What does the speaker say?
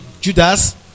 Judas